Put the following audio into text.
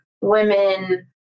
women